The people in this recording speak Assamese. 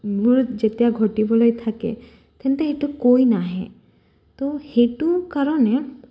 বোৰ যেতিয়া ঘটিবলৈ থাকে তেন্তে সেইটো কৈ নাহে তো সেইটো কাৰণে